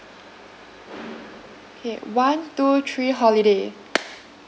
K one two three holiday